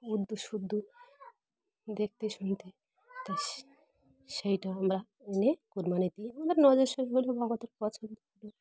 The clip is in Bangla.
উর্দু সুর্দু দেখতে শুনতে সেইটা আমরা এনে কোরবানি দিই আমাদের নজরসই হল ভগতের পছন্দ